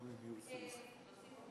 חוק ומשפט נתקבלה.